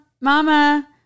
mama